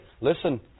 listen